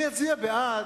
אני אצביע בעד,